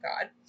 God